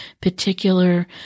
particular